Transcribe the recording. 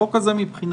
החוק הזה מבחינתנו